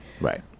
right